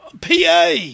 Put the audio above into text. PA